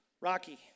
Rocky